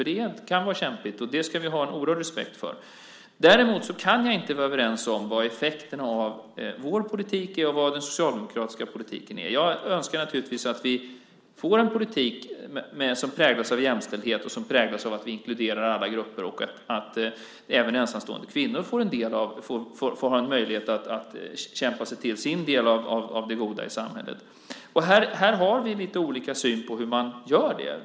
Det kan vara kämpigt, och det ska vi ha en oerhörd respekt för. Däremot kan jag inte vara överens om effekterna av vår politik och den socialdemokratiska politiken. Jag önskar naturligtvis att vi får en politik som präglas av jämställdhet och att vi inkluderar alla grupper. Även ensamstående kvinnor ska få möjlighet att kämpa sig till sin del av det goda i samhället. Här har vi lite olika syn på hur man gör det.